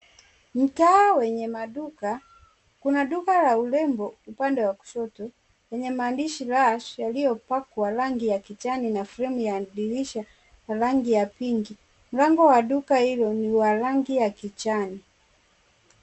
Mtaa wenye maduka, kuna duka la urembo upande wa kushoto lenye maandishi Lush , yaliyopakwa rangi ya kijani na fremu ya dirisha ya rangi ya pinki. Mlango wa duka hilo ni wa rangi ya kijani.